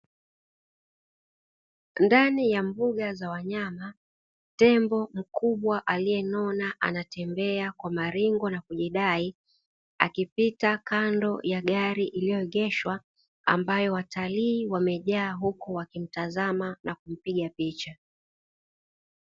Ndani ya mbuga za wanyama tembo mkubwa aliyenona anatembea kwa maringo na kujidai, akipita kando ya gari iliyoegeshwa ambayo watalii wamejaa huku wakimtazama na kumpiga picha.